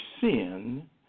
sin